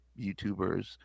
youtubers